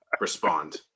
Respond